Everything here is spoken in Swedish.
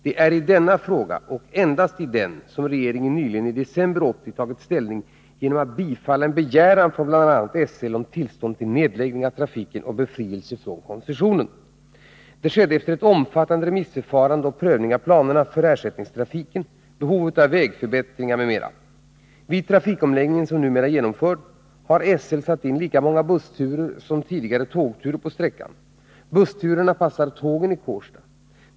Det är i denna fråga — och endast i den — som regeringen nyligen, i december 1980, tagit ställning genom att bifalla en begäran från bl.a. SL om tillstånd till nedläggning av trafiken och befrielse från koncessionen, Det skedde efter ett omfattande remissförfarande och prövning av planerna för ersättningstrafiken, behovet av vägförbättringar m.m. Vid trafikomläggningen, som numera är genomförd, har SL satt in lika många bussturer som tidigare tågturer på sträckan. Bussturerna passar tågen i Kårsta.